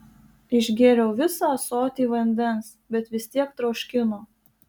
išgėriau visą ąsotį vandens bet vis tiek troškino